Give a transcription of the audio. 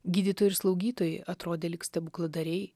gydytojai ir slaugytojai atrodė lyg stebukladariai